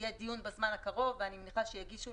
יהיה בזמן הקרוב דיון ואני מניחה שיגישו